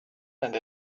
and